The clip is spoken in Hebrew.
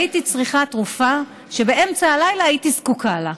והייתי צריכה תרופה, באמצע הלילה הייתי זקוקה לה.